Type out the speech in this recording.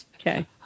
Okay